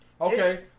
Okay